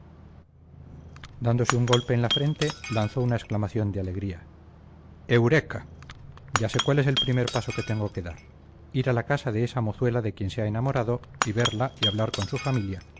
dándose un golpe en la frente lanzó una exclamación de alegría eureka ya sé cuál es el primer paso que tengo que dar ir a la casa de esa mozuela de quien se ha enamorado y verla y hablar con su familia